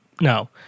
No